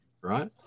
right